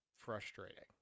frustrating